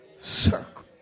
circle